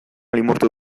limurtu